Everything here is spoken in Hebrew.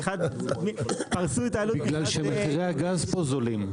בגלל שמחירי הגז פה זולים.